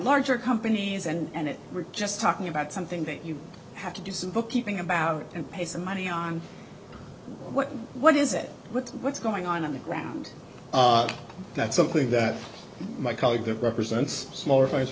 larger companies and it we're just talking about something that you have to do some bookkeeping about and pay some money on what what is it what's what's going on on the ground that's something that my colleague that represents smaller